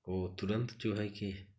वह तुरंत जो है कि